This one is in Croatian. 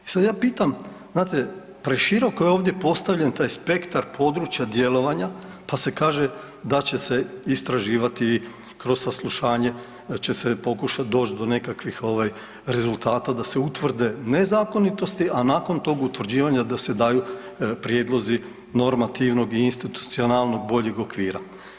I sad ja pitam, znate preširoko je ovdje postavljen taj spektar područja djelovanja pa se kaže da će se istraživati kroz saslušanje, da će se pokušati doći do nekakvih ovaj rezultata da se utvrde nezakonitosti, a nakon tog utvrđivanja da se daju prijedlozi normativnog i institucionalnog boljeg okvira.